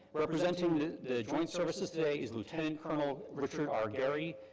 representing the joint services today is lieutenant colonel richard r. garey,